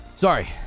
Sorry